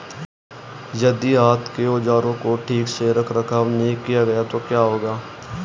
यदि हाथ के औजारों का ठीक से रखरखाव नहीं किया गया तो क्या होगा?